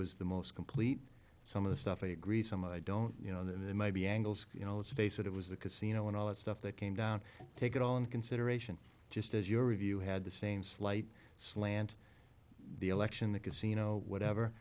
was the most complete some of the stuff i agree some i don't you know there might be angles you know let's face it it was a casino and all that stuff that came down take it all in consideration just as your review had the same slight slant the election the casino whatever